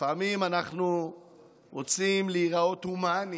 שלפעמים אנחנו רוצים להיראות הומניים,